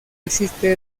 existe